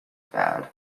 bad